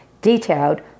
detailed